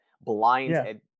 blind